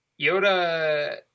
Yoda